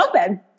open